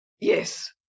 Yes